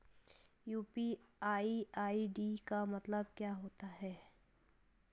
UPI ID का मतलब क्या होता है?